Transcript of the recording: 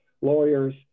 lawyers